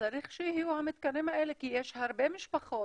צריך שיהיו המתקנים האלה כי יש הרבה משפחות